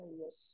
yes